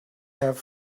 have